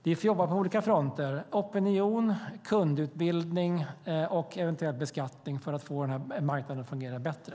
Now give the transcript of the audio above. Vi får jobba på olika fronter, opinion, kundutbildning och eventuell beskattning, för att få marknaden att fungera bättre.